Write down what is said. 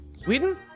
Sweden